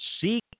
seek